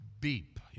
beep